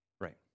Right